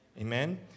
Amen